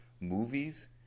Movies –